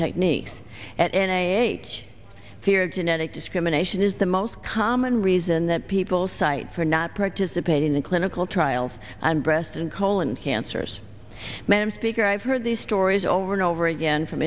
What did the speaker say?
techniques at n a a teach fear genetic discrimination is the most common reason that people cite for not participating in clinical trials and breast and colon cancers madam speaker i've heard these stories over and over again from